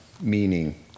meaning